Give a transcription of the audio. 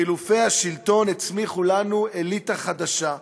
חילופי השלטון הצמיחו לנו אליטה חדשה,